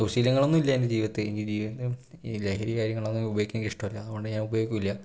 ദുശ്ശിലങ്ങളൊന്നും ഇല്ല എൻ്റെ ജീവിതത്തിൽ ഈ ജീവിതത്തിൽ ഈ ലഹരി കാര്യങ്ങളൊന്നും ഉപയോഗിക്കണത് എനിക്ക് ഇഷ്ട്ടമല്ല അതുകൊണ്ട് ഞാൻ ഉപയോഗിക്കില്ല